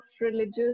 religious